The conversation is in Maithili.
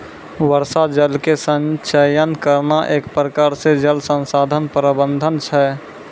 वर्षा जल के संचयन करना एक प्रकार से जल संसाधन प्रबंधन छै